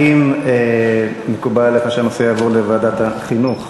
האם מקובל עליך שהנושא יעבור לוועדת החינוך?